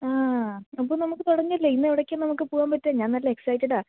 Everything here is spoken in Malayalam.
ആ അപ്പോൾ നമ്മൾക്ക് തുടങ്ങുകയല്ലേ ഇന്നെവിടേക്കാ നമുക്ക് പോവാൻ പറ്റുക ഞാൻ നല്ല എസ്സൈറ്റഡാ